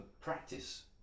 practice